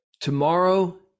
Tomorrow